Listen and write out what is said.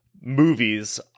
movies